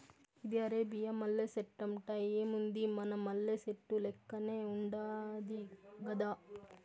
ఇది అరేబియా మల్లె సెట్టంట, ఏముంది మన మల్లె సెట్టు లెక్కనే ఉండాది గదా